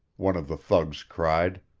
one of the thugs cried.